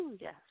yes